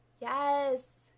Yes